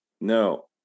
No